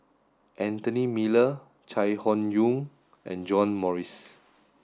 Anthony Miller Chai Hon Yoong and John Morrice